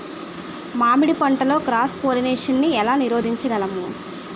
మామిడి పంటలో cross pollination నీ ఏల నీరోధించగలము?